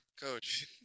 Coach